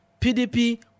PDP